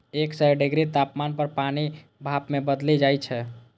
एक सय डिग्री तापमान पर पानि भाप मे बदलि जाइ छै